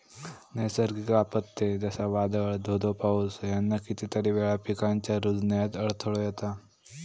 नैसर्गिक आपत्ते, जसा वादाळ, धो धो पाऊस ह्याना कितीतरी वेळा पिकांच्या रूजण्यात अडथळो येता